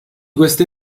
questi